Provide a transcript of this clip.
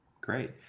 great